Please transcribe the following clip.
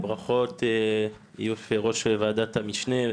ברכות ליושב ראש ועדת המשנה,